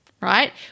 right